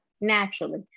naturally